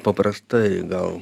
paprastai gal